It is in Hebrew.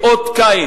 היא אות קין.